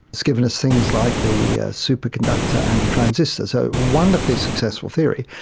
it's given us things like the superconductor and the transistor, so a wonderfully successful theory.